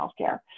healthcare